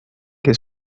que